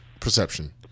perception